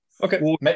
Okay